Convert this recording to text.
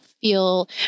feel